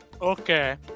Okay